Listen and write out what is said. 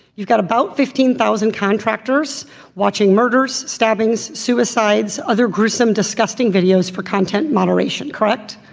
you've got about fifteen thousand contractors watching murders stabbings suicides other gruesome disgusting videos for content moderation corrupt